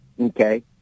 okay